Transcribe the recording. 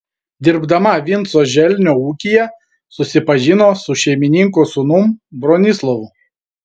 dirbdama vinco želnio ūkyje susipažino su šeimininko sūnum bronislovu